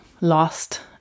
lost